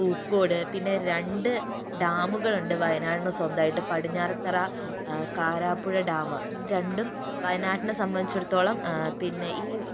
പൂക്കോട് പിന്നെ രണ്ട് ഡാമുകളുണ്ട് വായനാടിനു സ്വന്തായിട്ട് പടിഞ്ഞാറത്തറ കാരാപ്പുഴ ഡാം രണ്ടും വയനാടിനെ സംബന്ധിച്ചിടത്തോളം പിന്നെ ഈ